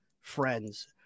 friends